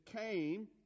came